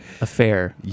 affair